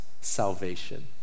salvation